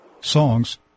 songs